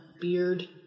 beard